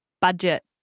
budget